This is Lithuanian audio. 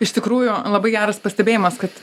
iš tikrųjų labai geras pastebėjimas kad